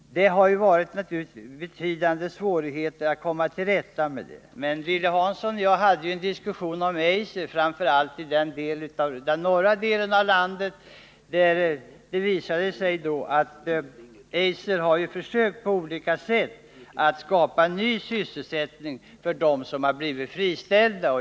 Det har varit betydande svårigheter att komma till rätta med detta. Lilly Hansson och jag hade en diskussion om Eiser, framför allt när det gällde norra delen av landet. Det visade sig då att Eiser på olika sätt har försökt skapa ny sysselsättning för dem som har blivit friställda.